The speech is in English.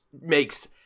makes